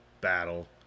battle